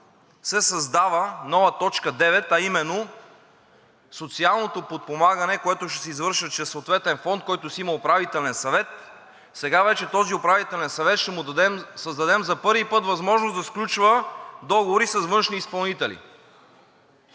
се създава нова точка 9, а именно социалното подпомагане, което ще се извършва чрез съответен фонд, който си има Управителен съвет, и сега вече на този управителен съвет ще му създадем за първи път възможност да сключва договори с външни изпълнители.